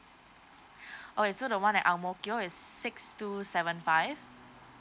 oh is so the one at ang mo kio is six two seven five